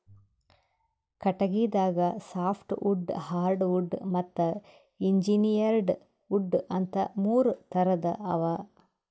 ಕಟಗಿದಾಗ softwood hardwood ಮತ್ತ್ engineered wood ಅಂತಾ ಮೂರ್ ಥರದ್ ಅವಾ